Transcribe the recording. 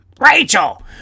Rachel